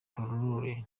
pilule